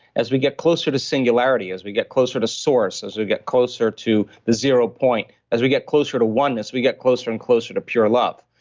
as we get closer to singularity, as we get closer to source, as we get closer to the zero point, as we get closer to oneness, we get closer and closer to pure love.